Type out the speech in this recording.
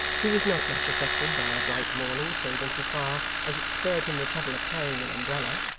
who was not much affected by a bright morning save in so far as it spared him the trouble of carrying an umbrella,